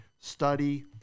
study